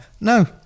no